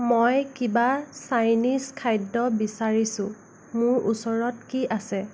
মই কিবা চাইনিছ খাদ্য বিচাৰিছোঁ মোৰ ওচৰত কি আছে